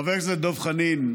חבר הכנסת דב חנין,